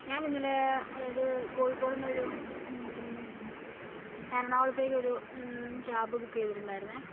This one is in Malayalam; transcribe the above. ഞാൻ ഇന്നലെ അതായത് കോഴിക്കോടുന്നൊരു എറണാകുളത്തേക്കൊരു ക്യാബ് ബുക്ക് ചെയ്തിട്ടുണ്ടായിരുന്നെ